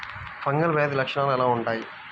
Fungal వ్యాధి లక్షనాలు ఎలా వుంటాయి?